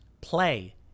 play